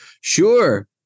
sure